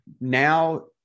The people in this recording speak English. now